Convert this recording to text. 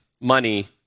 money